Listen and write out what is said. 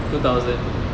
two thousand